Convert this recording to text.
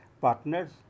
partners